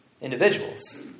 individuals